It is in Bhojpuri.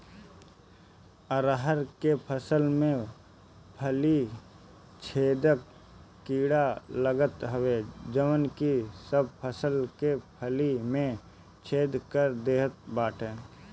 अरहर के फसल में फली छेदक कीड़ा लागत हवे जवन की सब फसल के फली में छेद कर देत बाटे